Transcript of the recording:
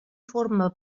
forma